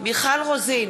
מיכל רוזין,